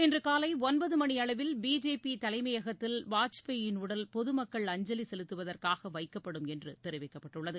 இன்று காலை ஒன்பது மணி அளவில் பிஜேபி தலைமையகத்தில் வாஜ்பாயின் உடல் பொதமக்கள் அஞ்சலி செலுத்துவதற்காக வைக்கப்படும் என்று தெரிவிக்கப்பட்டுள்ளது